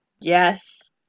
Yes